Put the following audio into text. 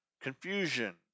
confusion